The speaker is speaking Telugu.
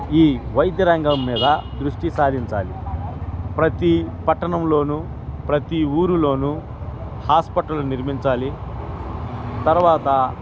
ఈ వైద్యరంగం మీద దృష్టి సాధించాలి ప్రతీ పట్టణంలోనూ ప్రతిీ ఊరిలోనూ హాస్పిటల్ నిర్మించాలి తర్వాత